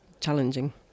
challenging